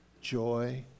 joy